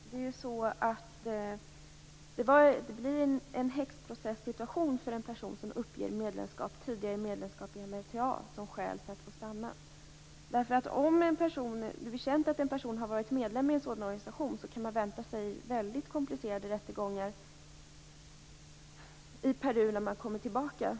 Herr talman! Det blir ju en häxprocessituation för en person som uppger tidigare medlemskap i MRTA som skäl för att få stanna. Om det blir känt att en person har varit medlem i en sådan organisation, kan man vänta sig väldigt komplicerade rättegångar i Peru för den personen, när han eller hon kommer tillbaka.